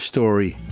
Story